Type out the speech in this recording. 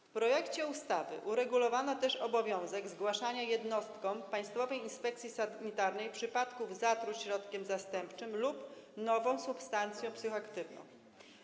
W projekcie ustawy uregulowano też obowiązek zgłaszania jednostkom Państwowej Inspekcji Sanitarnej przypadków zatruć środkiem zastępczym lub nową substancją psychoaktywną.